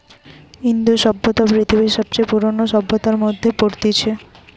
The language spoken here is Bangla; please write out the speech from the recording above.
ইন্দু সভ্যতা পৃথিবীর সবচে পুরোনো সভ্যতার মধ্যে পড়তিছে